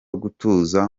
gutuza